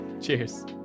Cheers